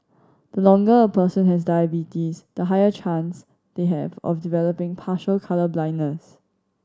the longer a person has diabetes the higher chance they have of developing partial colour blindness